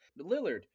Lillard